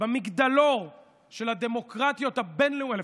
במגדלור של הדמוקרטיות הבין-לאומיות,